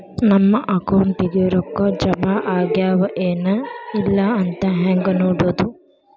ನಮ್ಮ ಅಕೌಂಟಿಗೆ ರೊಕ್ಕ ಜಮಾ ಆಗ್ಯಾವ ಏನ್ ಇಲ್ಲ ಅಂತ ಹೆಂಗ್ ನೋಡೋದು?